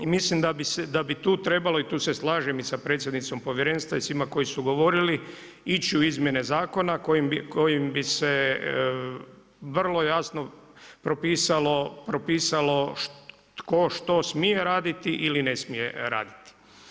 I mislim da bi tu trebalo i tu se slažem i sa predsjednicom povjerenstva i svima koji su govorili ići u izmjene zakona kojim bi se vrlo jasno propisalo tko, što smije raditi ili ne smije raditi.